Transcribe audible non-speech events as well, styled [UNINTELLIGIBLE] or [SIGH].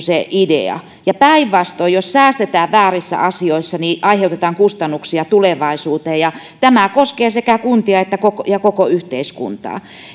[UNINTELLIGIBLE] se hyvinvointitalouden idea ja päinvastoin jos säästetään väärissä asioissa niin aiheutetaan kustannuksia tulevaisuuteen ja tämä koskee sekä kuntia että koko yhteiskuntaa